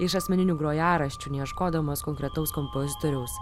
iš asmeninių grojaraščių neieškodamos konkretaus kompozitoriaus